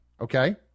Okay